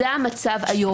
זה המצב היום.